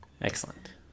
excellent